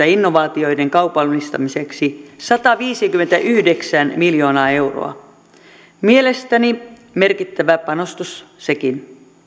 innovaatioiden kaupallistamiseksi sataviisikymmentäyhdeksän miljoonaa euroa mielestäni merkittävä panostus sekin